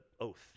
oath